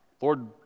Lord